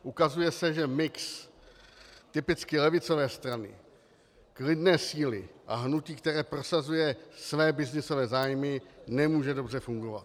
Ukazuje se, že mix typicky levicové strany, klidné síly a hnutí, které prosazuje své byznysové zájmy, nemůže dobře fungovat.